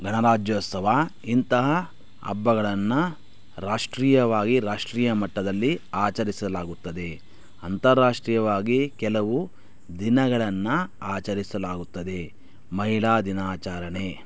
ಗಣರಾಜ್ಯೋತ್ಸವ ಇಂತಹ ಹಬ್ಬಗಳನ್ನು ರಾಷ್ಟ್ರೀಯವಾಗಿ ರಾಷ್ಟ್ರೀಯ ಮಟ್ಟದಲ್ಲಿ ಆಚರಿಸಲಾಗುತ್ತದೆ ಅಂತರಾಷ್ಟ್ರೀಯವಾಗಿ ಕೆಲವು ದಿನಗಳನ್ನು ಆಚರಿಸಲಾಗುತ್ತದೆ ಮಹಿಳಾ ದಿನಾಚರಣೆ